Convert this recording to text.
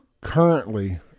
currently